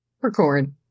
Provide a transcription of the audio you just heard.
Record